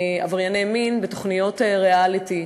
שעברייני מין משתתפים בתוכניות ריאליטי,